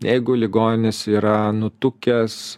jeigu ligonis yra nutukęs